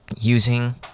using